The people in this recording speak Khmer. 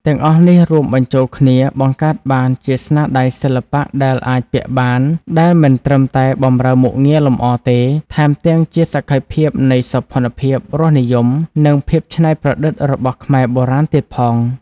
ទាំងអស់នេះរួមបញ្ចូលគ្នា បង្កើតបានជាស្នាដៃសិល្បៈដែលអាចពាក់បាន ដែលមិនត្រឹមតែបម្រើមុខងារលម្អទេ ថែមទាំងជាសក្ខីភាពនៃសោភ័ណភាព រសនិយម និងភាពច្នៃប្រឌិតរបស់ខ្មែរបុរាណទៀតផង។